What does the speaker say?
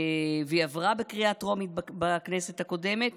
והיא עברה בקריאה טרומית בכנסת הקודמת,